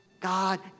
God